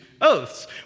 oaths